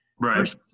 Right